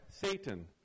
Satan